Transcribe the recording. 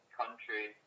country